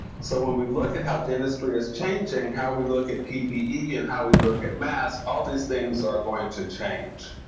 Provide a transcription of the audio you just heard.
so when we look at how dentistry is changing, how we look at ppe and how we look at masks, all these things are going to change.